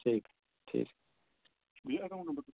चल ठीक